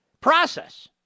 Process